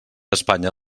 espanya